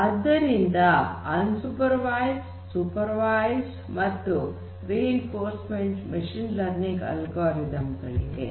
ಆದ್ದರಿಂದ unsupervised supervised ಮತ್ತು reinforcement learning machine learning algorithms ಗಳಿವೆ